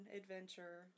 adventure